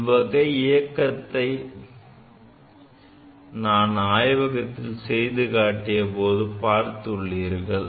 இவ்வகையான இயக்கத்தை நான் ஆய்வகத்தில் செய்து காட்டிய போது பார்த்துள்ளீர்கள்